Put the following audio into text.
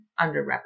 underrepresented